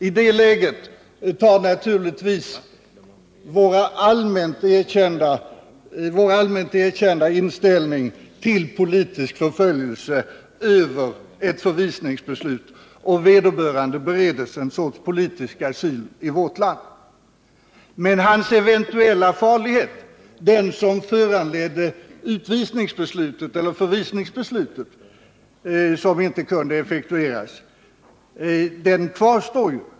I det läget tar naturligtvis vår allmänt erkända inställning till politisk förföljelse över gentemot ett förvisningsbeslut, och vederbörande bereds en sorts politisk asyl i vårt land. Men hans eventuella farlighet, den som föranledde det utvisningsbeslut eller förvisningsbeslut som inte kunde effektueras, kvarstår ju.